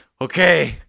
okay